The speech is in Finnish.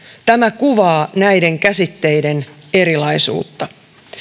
tämä kuvaa näiden käsitteiden erilaisuutta